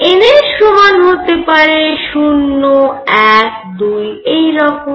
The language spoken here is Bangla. nr সমান হতে পারে 0 1 2 এই রকম